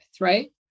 Right